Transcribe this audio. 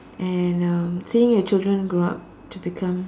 and uh seeing the children grow up to become